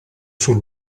sul